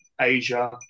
Asia